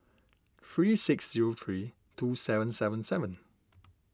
three six zero three two seven seven seven